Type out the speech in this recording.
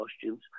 costumes